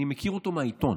אני מכיר אותו מהעיתון.